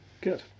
Good